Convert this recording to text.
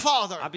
Father